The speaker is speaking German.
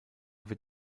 wird